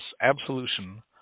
absolution